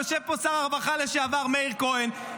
יושב פה שר הרווחה לשעבר מאיר כהן.